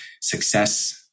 success